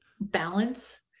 balance